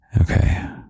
Okay